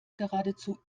geradezu